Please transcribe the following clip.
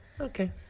Okay